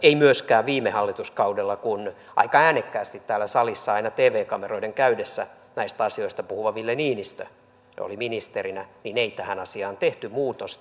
eikä myöskään viime hallituskaudella kun aika äänekkäästi täällä salissa aina tv kameroiden käydessä näistä asioista puhuva ville niinistö oli ministerinä tähän asiaan tehty muutosta